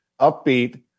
upbeat